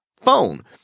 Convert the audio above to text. phone